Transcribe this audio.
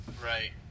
Right